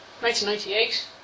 1998